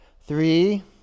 Three